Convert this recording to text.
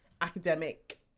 academic